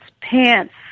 pants